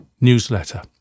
newsletter